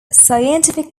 scientific